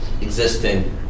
existing